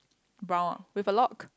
brown ah with a lock